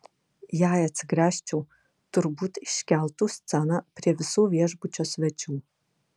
jei atsigręžčiau turbūt iškeltų sceną prie visų viešbučio svečių